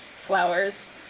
flowers